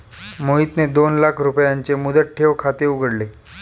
मोहितने दोन लाख रुपयांचे मुदत ठेव खाते उघडले